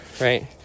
right